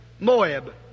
Moab